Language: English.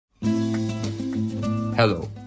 Hello